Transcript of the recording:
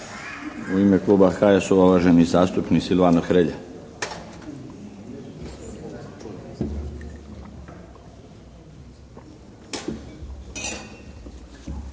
U ime kluba HSU-a, uvaženi zastupnik Silvano Hrelja.